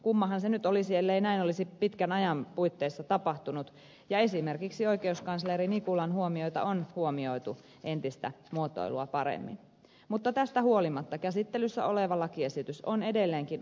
kummahan se nyt olisi ellei näin olisi pitkän ajan puitteissa tapahtunut ja esimerkiksi oikeuskansleri nikulan huomioita on huomioitu entistä muotoilua paremmin mutta tästä huolimatta käsittelyssä oleva lakiesitys on edelleenkin ongelmallinen